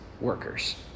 workers